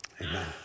Amen